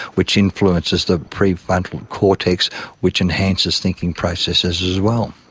which influences the pre-frontal cortex which enhances thinking processes as well.